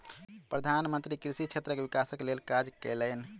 प्रधान मंत्री कृषि क्षेत्रक विकासक लेल काज कयलैन